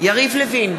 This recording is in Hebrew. יריב לוין,